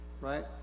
right